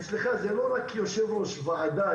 אצלך זה לא רק יושב-ראש ועדה.